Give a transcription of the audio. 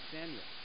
Samuel